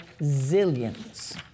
zillions